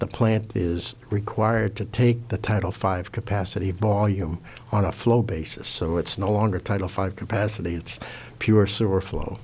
the plant is required to take the title five capacity volume on a flow basis so it's no longer title five capacity it's pure sewer flow